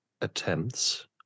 attempts